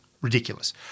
ridiculous